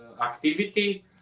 activity